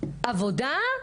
עבודה,